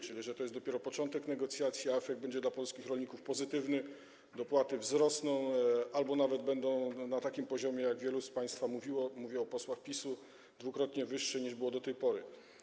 Czyli to, że to jest dopiero początek negocjacji, a efekt będzie dla polskich rolników pozytywny, dopłaty wzrosną albo nawet będą na takim poziomie, jak wielu z państwa mówiło - mówię o posłach PiS-u - czyli dwukrotnie wyższym niż do tej pory.